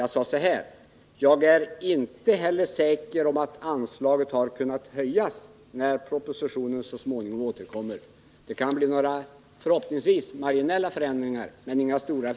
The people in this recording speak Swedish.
Jag sade så här: Jag är inte heller säker på att anslaget har kunnat höjas, när propositionen så småningom återkommer. Det kan förhoppningsvis bli några marginella förändringar men inga stora.